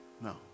No